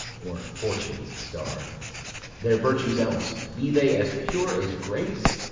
or fortune's star their virtues else be they as pure as grace,